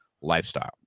lifestyle